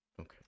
Okay